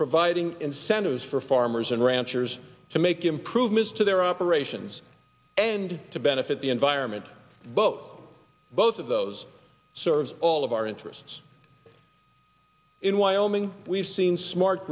providing incentives for farmers and ranchers to make improvements to their operations and to benefit the environment but both of those serves all of our interests in wyoming we've seen smart